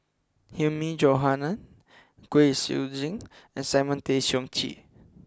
Hilmi Johandi Kwek Siew Jin and Simon Tay Seong Chee